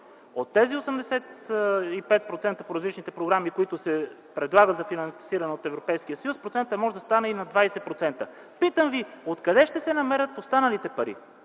от тези 85% по различните програми, които се предлагат за финансиране от Европейския съюз процентът може да стане и на 20%. Питам Ви: откъде ще се намерят останалите пари?